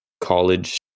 college